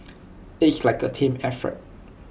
it's like A team effort